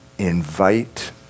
invite